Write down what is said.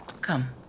Come